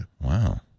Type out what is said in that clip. Wow